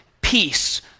peace